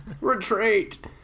Retreat